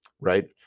right